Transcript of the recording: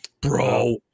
bro